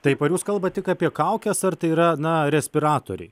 taip ar jūs kalbat tik apie kaukes ar tai yra na respiratoriai